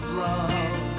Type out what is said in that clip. love